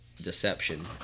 deception